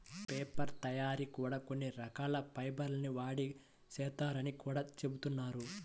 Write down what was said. paper తయ్యారీ కూడా కొన్ని రకాల ఫైబర్ ల్ని వాడి చేత్తారని గూడా జెబుతున్నారు